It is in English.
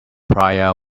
priya